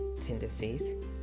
tendencies